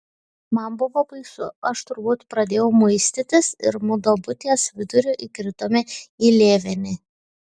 man buvo baisu aš turbūt pradėjau muistytis ir mudu abu ties viduriu įkritome į lėvenį